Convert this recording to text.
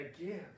Again